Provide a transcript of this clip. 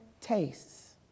tastes